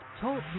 Talk